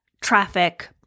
traffic